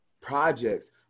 projects